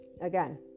again